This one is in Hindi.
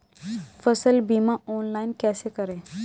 फसल बीमा ऑनलाइन कैसे करें?